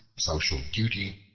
social duty,